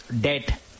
debt